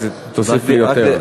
אז תוסיף לי יותר.